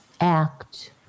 act